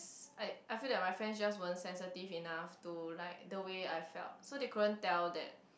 I I feel like my friends just weren't sensitive enough to like the way I felt so they couldn't tell that